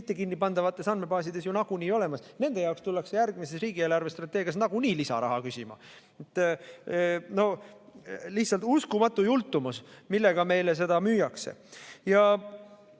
mittekinnipandavates andmebaasides ju nagunii olemas, nende jaoks tullakse järgmises riigi eelarvestrateegias nagunii lisaraha küsima. No lihtsalt uskumatu jultumus, millega meile seda müüakse.